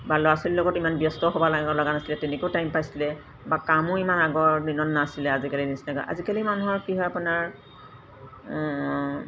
বা ল'ৰা ছোৱালীৰ লগত ইমান ব্যস্ত হ'ব লগা নাছিলে তেনেকৈও টাইম পাইছিলে বা কামো ইমান আগৰ দিনত নাছিলে আজিকালি নিচিনাকৈ আজিকালি মানুহৰ কি হয় আপোনাৰ